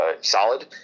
solid